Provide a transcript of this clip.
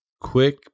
quick